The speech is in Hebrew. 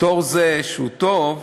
פטור זה, שהוא טוב,